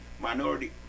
minority